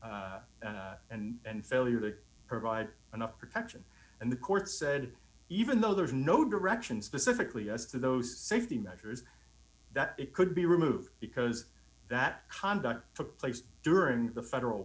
and failure to provide enough protection and the court said even though there is no direction specifically as to those safety measures that it could be removed because that conduct took place during the federal